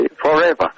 forever